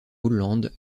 hollande